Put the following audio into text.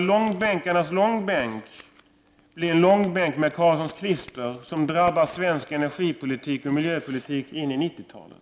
Skall långbänkarnas långbänk bli en långbänk med Carlssons klister som drabbar svensk energipolitik och miljöpolitik på 90-talet?